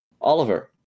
Oliver